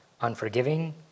unforgiving